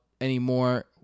anymore